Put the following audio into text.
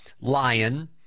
Lion